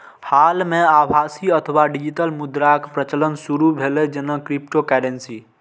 हाल मे आभासी अथवा डिजिटल मुद्राक प्रचलन शुरू भेलै, जेना क्रिप्टोकरेंसी